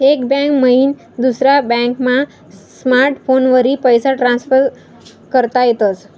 एक बैंक मईन दुसरा बॅकमा स्मार्टफोनवरी पैसा ट्रान्सफर करता येतस